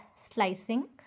slicing